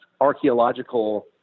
archaeological